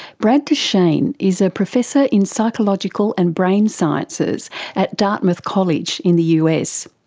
brad duchaine is a professor in psychological and brain sciences at dartmouth college in the us.